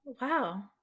wow